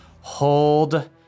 hold